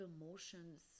emotions